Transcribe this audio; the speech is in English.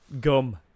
gum